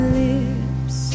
lips